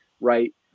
right